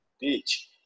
beach